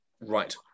Right